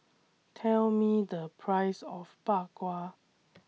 Tell Me The Price of Bak Kwa